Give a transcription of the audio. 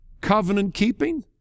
covenant-keeping